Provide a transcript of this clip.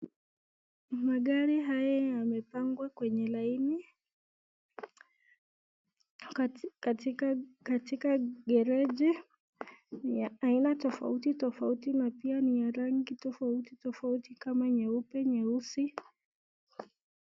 Magari haya yamepangwa kwenye laini katika garage ya aina tofauti tofauti na pia ni ya rangi tofauti tofauti kama nyeupe, nyeusi.